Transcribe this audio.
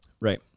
Right